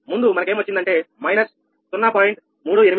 ముందు మనకేం వచ్చిందంటే −0